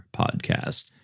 podcast